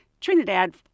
trinidad